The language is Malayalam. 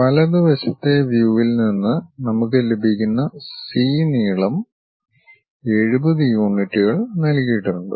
വലത് വശത്തെ വ്യൂവിൽ നിന്ന് നമുക്ക് ലഭിക്കുന്ന സി നീളം 70 യൂണിറ്റുകൾ നൽകിയിട്ടുണ്ട്